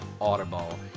Audible